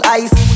ice